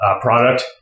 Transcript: product